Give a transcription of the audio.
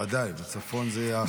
ודאי, בצפון הכי.